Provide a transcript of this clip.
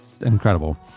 incredible